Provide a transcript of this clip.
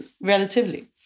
relatively